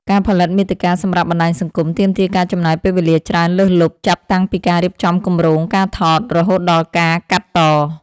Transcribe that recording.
ការផលិតមាតិកាសម្រាប់បណ្ដាញសង្គម ទាមទារការចំណាយពេលវេលាច្រើនលើសលប់ ចាប់តាំងពីការរៀបចំគម្រោង ការថត រហូតដល់ការកាត់ត។